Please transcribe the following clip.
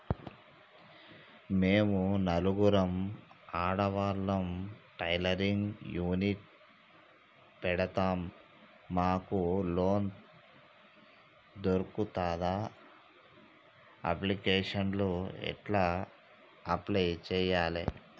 మేము నలుగురం ఆడవాళ్ళం టైలరింగ్ యూనిట్ పెడతం మాకు లోన్ దొర్కుతదా? అప్లికేషన్లను ఎట్ల అప్లయ్ చేయాలే?